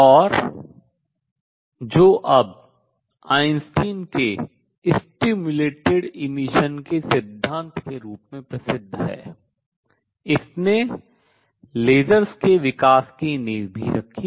और जो अब आइंस्टीन के प्रेरित उत्सर्जन के सिद्धांत के रूप में प्रसिद्ध है इसने लेसरों के विकास की नींव भी रखी